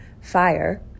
fire